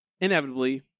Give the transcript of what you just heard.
inevitably